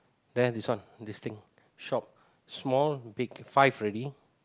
there this one this thing shop small big five already